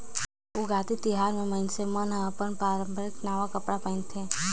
उगादी तिहार मन मइनसे मन हर अपन पारंपरिक नवा कपड़ा पहिनथे